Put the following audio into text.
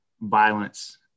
violence